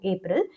April